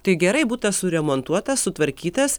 tai gerai butas suremontuotas sutvarkytas